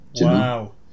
Wow